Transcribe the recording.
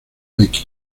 becky